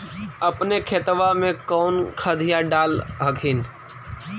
अपने खेतबा मे कौन खदिया डाल हखिन?